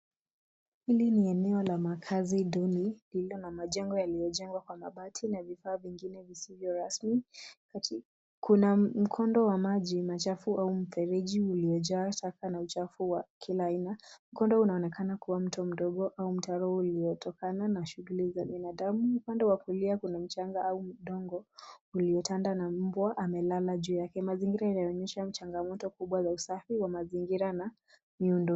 Hili ni eneo la makazi duni lililo na majengo yaliyojengwa kwa mabati na vifaa vingine visivyo rasmi. Kuna mkondo wa maji machafu au mfereji uliojaa taka na uchafu wa kila aina. Mkondo unaonekana kuwa mto mdogo au mtaro uliotokana na shughuli za binadamu. Upande wa kulia, kuna mchanga au udongo uliotanda na mbwa amelala juu yake. Mazingira yanaonyesha changamoto kubwa za usafi wa mazingira na miundo.